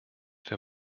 wir